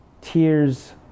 tears